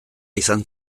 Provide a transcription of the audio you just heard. izan